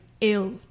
ill